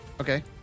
Okay